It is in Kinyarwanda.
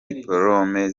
dipolome